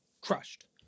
crushed